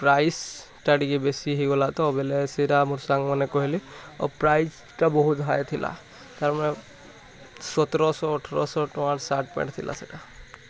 ପ୍ରାଇସ୍ଟା ଟିକେ ବେଶୀ ହେଇ ଗଲା ତ ବେଲେ ସେଇଟା ମୋର ସାଙ୍ଗମାନେ କହିଲେ ପ୍ରାଇସ୍ଟା ବହୁତ ହାଏ ଥିଲା ତା'ପରେ ସତର ଶହ ଅଠର ଶହ ଟଙ୍କାର ସାର୍ଟ ପ୍ୟାଣ୍ଟ ଥିଲା ସେଇଟା